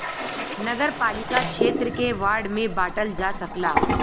नगरपालिका क्षेत्र के वार्ड में बांटल जा सकला